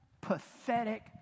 pathetic